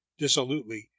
dissolutely